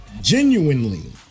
genuinely